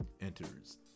enters